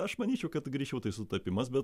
aš manyčiau kad greičiau tai sutapimas bet